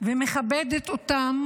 ומכבדת אותם